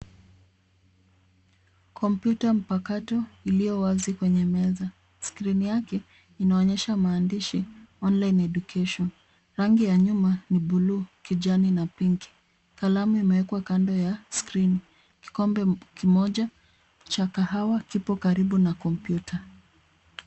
Kompyuta mpakato iliyo wazi kwenye meza. Skrini yake inaonyesha maandishi online education . Rangi ya nyuma ni bluu, kijani na pinki. Kalamu imewekwa kando ya skrini. Kikombe kimoja cha kahawa kipo karibu na kompyuta.